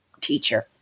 teacher